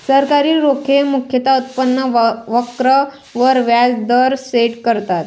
सरकारी रोखे मुख्यतः उत्पन्न वक्र वर व्याज दर सेट करतात